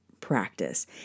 practice